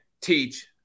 teach